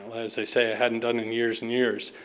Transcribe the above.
as they say i hadn't done in years and years.